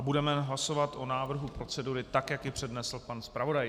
Budeme hlasovat o návrhu procedury tak, jak ji přednesl pan zpravodaj.